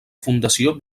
fundació